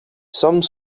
some